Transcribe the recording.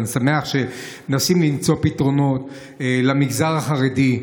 ואני שמח שמנסים למצוא פתרונות למגזר החרדי,